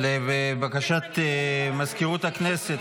לבקשת מזכירות הכנסת,